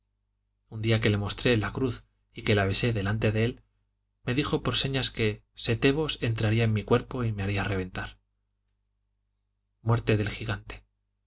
un día que le mostré la cruz y que la besé delante de él me dijo por señas que setebos entraría en mi cuerpo y me haría reventar muerte del gigante